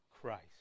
Christ